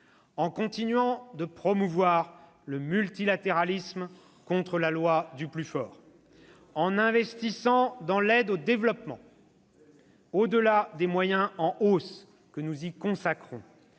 en continuant de promouvoir le multilatéralisme contre la loi du plus fort ; en investissant dans l'aide au développement. » Très bien !« Au-delà des moyens en hausse que nous y consacrons,